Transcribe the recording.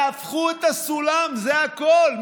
תהפכו את הסולם, זה הכול.